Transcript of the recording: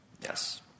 Yes